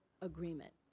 agreement